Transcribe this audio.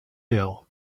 ill